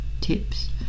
tips